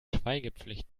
schweigepflicht